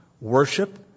Worship